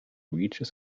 reaches